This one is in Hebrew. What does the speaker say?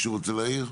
מישהו רוצה להעיר?